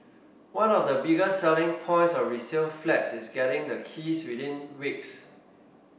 one of the biggest selling points of resale flats is getting the keys within weeks